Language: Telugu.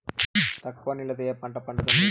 తక్కువ నీళ్లతో ఏ పంట పండుతుంది?